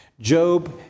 Job